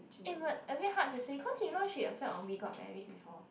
eh but a bit hard to say cause you know she appeared on We Got Married before